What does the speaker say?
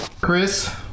Chris